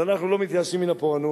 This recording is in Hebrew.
אז אנחנו לא מתייאשים מן הפורענות,